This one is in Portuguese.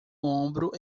ombro